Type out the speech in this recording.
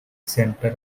center